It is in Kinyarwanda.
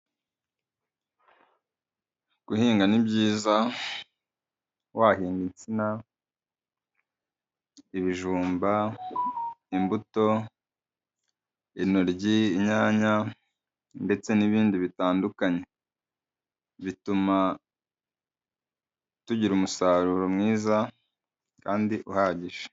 Guhinga ni byiza, wahinga insina, ibijumba, imbuto, intoryi, inyanya ndetse n'ibindi bitandukanye. Bituma tugira umusaruro mwiza kandi uhagije.